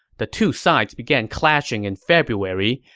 the two sides began clashing in february,